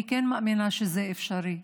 אני כן מאמינה שזה אפשרי.